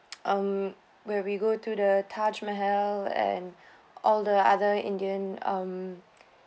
um where we go to the taj mahal and all the other indian um